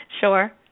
Sure